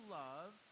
love